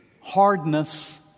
Hardness